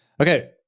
Okay